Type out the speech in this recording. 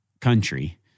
country